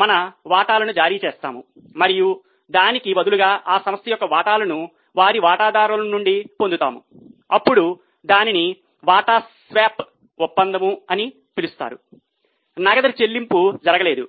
మా వాటాలను జారీ చేసాము మరియు దానికి బదులుగా ఆ సంస్థ యొక్క వాటాలను వారి వాటాదారుల నుండి పొందాము అప్పుడు దానిని వాటా స్వాప్ ఒప్పందం అని పిలుస్తారు నగదు చెల్లింపు లేదు